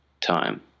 time